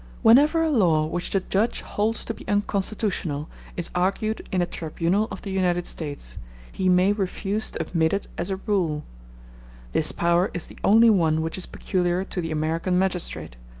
whenever a law which the judge holds to be unconstitutional is argued in a tribunal of the united states he may refuse to admit it as a rule this power is the only one which is peculiar to the american magistrate,